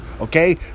okay